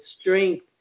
strength